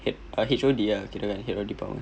head H_O_D ah kirakan head of department